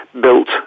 built